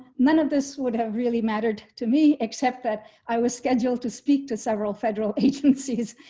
none of this would have really mattered to me, except that i was scheduled to speak to several federal agencies.